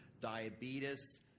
diabetes